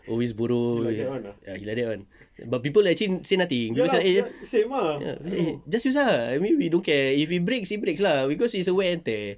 he always borrow he like that one but people actually say nothing just use lah I mean we don't care if it breaks it breaks lah cause it's a wear and tear